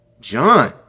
John